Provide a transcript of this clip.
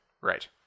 Right